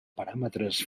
paràmetres